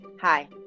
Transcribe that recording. Hi